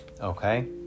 Okay